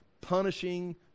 punishing